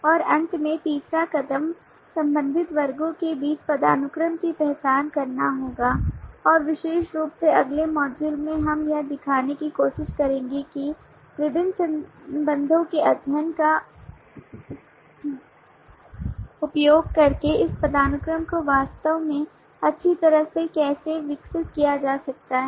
और अंत में तीसरा कदम संबंधित वर्गों के बीच पदानुक्रम की पहचान करना होगा और विशेष रूप से अगले मॉड्यूल में हम यह दिखाने की कोशिश करेंगे कि विभिन्न संबंधों के अध्ययन का उपयोग करके इस पदानुक्रम को वास्तव में अच्छी तरह से कैसे विकसित किया जा सकता है